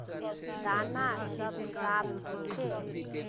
दाना सब साफ होते?